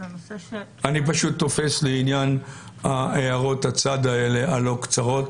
אני תופס לעניין הערות הצד הלא קצרות